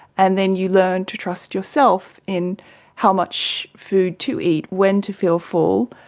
and then you learn to trust yourself in how much food to eat, when to feel full,